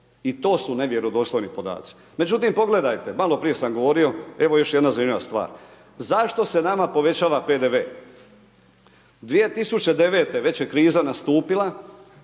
I to su nevjerodostojni podaci, međutim pogledajte maloprije sam govorio, evo još jedna zanimljiva stvar. Zašto se nama povećava PDV? 2009. već je kriza nastupila,